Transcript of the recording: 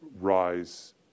rise